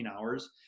hours